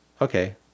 Okay